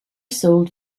sold